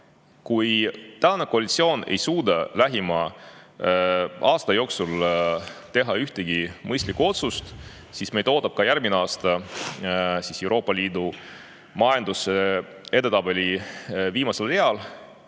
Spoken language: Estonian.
Kui tänane koalitsioon ei suuda lähima aasta jooksul teha ühtegi mõistlikku otsust, siis ootab meid ka järgmine aasta koht Euroopa Liidu majanduse edetabeli viimasel real.